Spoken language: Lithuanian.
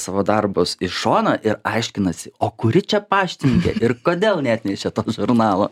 savo darbus į šoną ir aiškinasi o kuri čia paštininkė ir kodėl neatnešė žurnalo